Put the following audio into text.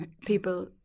people